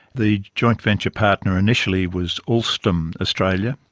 the joint-venture partner initially was alstom australia,